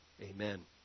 Amen